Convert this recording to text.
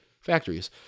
factories